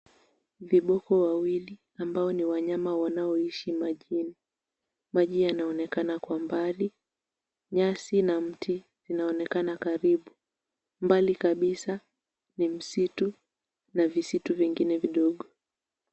Viboko wawili ambao ni wanyama wanaoishi majini. Maji yanaonekana kwa mbali, nyasi na mti zinaonekana karibu. Mbali kabisa ni msitu na visitu vingine vidogo.